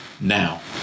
now